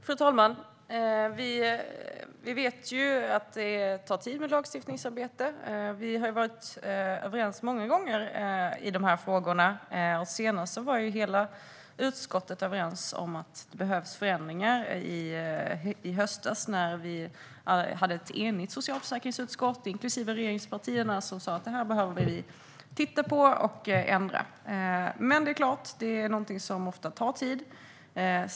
Fru talman! Vi vet att det tar tid med lagstiftningsarbete. Vi har varit överens många gånger i dessa frågor. Senast var hela utskottet överens om att det behövs förändringar. Det var i höstas när vi hade ett enigt socialförsäkringsutskott, inklusive regeringspartierna, som sa att vi behöver titta på detta och göra förändringar. Men det är klart att lagstiftning är någonting som ofta tar tid.